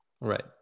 Right